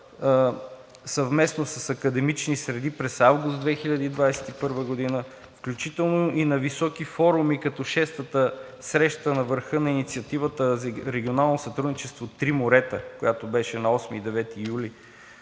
съвместно с академични среди през август 2021 г., включително и на високи форуми, като Шестата среща на върха на Инициативата за регионално сътрудничество „Три морета“, която беше на 8 и 9 юли